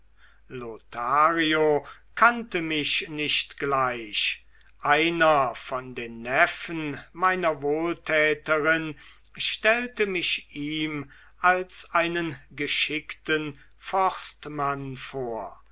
lothario kannte mich nicht gleich einer von den neffen meiner wohltäterin stellte mich ihm als geschickten forstmann vor